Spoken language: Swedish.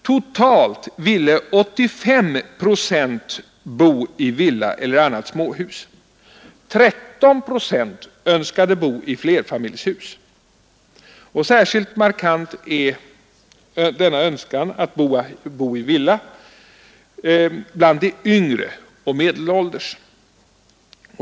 Totalt ville 85 procent bo i villa eller annat småhus, 13 procent önskade bo i flerfamiljshus. Särskilt markant är denna önskan att bo i villa bland de yngre och medelålders.